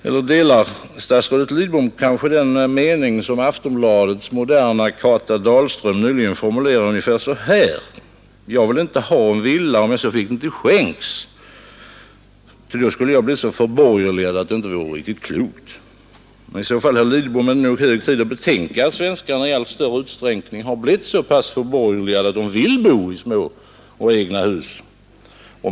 Eller delar statsrådet Lidbom kanske den mening som Aftonbladets moderna Kata Dalström nyligen formulerade ungefär så här: ”Jag vill inte ha en villa om jag så fick den till skänks, ty då skulle jag bli så förborgerligad att det inte vore riktigt klokt”? Men i så fall, herr Lidbom, är det nog hög tid att betänka att svenskarna i allt större utsträckning har blivit så pass förborgerligade att de vill bo i små egna hus.